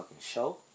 show